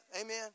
Amen